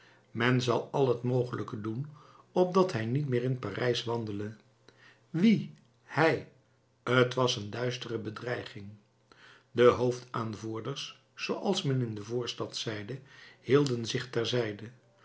men zal al het mogelijke doen opdat hij niet meer in parijs wandele wie hij t was een duistere bedreiging de hoofdaanvoerders zooals men in de voorstad zeide hielden zich